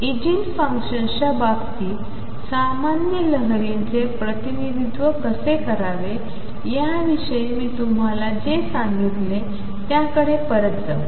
eigen फंक्शन्सच्या बाबतीत सामान्य लहरीचे प्रतिनिधित्व कसे करावे याविषयी मी तुम्हाला जे सांगितले त्याकडे परत जाऊ